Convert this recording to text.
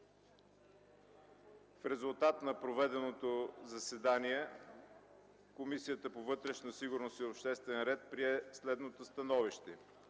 В резултат на проведеното обсъждане Комисията по вътрешна сигурност и обществен ред прие следното становище: